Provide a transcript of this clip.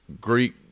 Greek